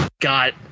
got